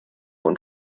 und